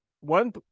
one